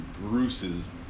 Bruce's